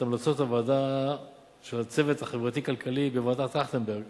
המלצות הצוות החברתי-כלכלי בוועדת-טרכטנברג